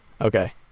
Okay